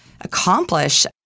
accomplish